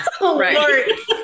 right